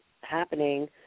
happening